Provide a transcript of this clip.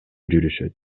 жүрүшөт